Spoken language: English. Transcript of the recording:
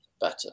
better